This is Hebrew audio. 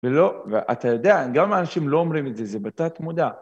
ולא, ואתה יודע, גם האנשים לא אומרים את זה, זה בתת מודע.